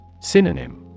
Synonym